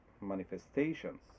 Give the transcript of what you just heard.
manifestations